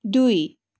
দুই